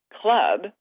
club